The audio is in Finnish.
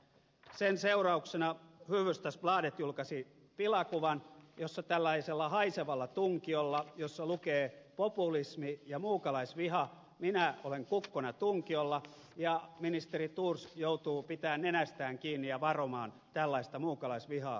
sen seurauksena hufvudstadsbladet julkaisi pilakuvan jossa tällaisella haisevalla tunkiolla jossa lukee populismi ja muukalaisviha minä olen kukkona tunkiolla ja ministeri thors joutuu pitämään nenästään kiinni ja varomaan tällaista muukalaisvihaa ja populismia